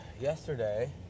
yesterday